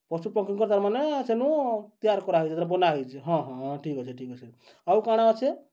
ପଶୁପକ୍ଷୀଙ୍କ ତାର୍ମାନେ ସେନୁ ତିଆରି କରାହେଇଛେ ତାର୍ ବନା ହେଇଛେ ହଁ ହଁ ହଁ ଠିକ୍ ଅଛେ ଠିକ୍ ଅଛେ ଆଉ କାଣା ଅଛେ